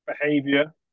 behavior